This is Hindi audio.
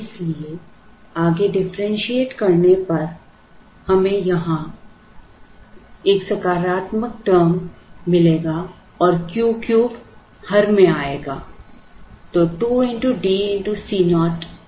इसलिए आगे डिफरेंशिएट करने पर हमें यहां एक सकारात्मक term मिलेगा और Q3 हर में आएगा